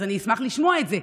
אז אני אשמח לשמוע את זה.